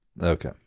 Okay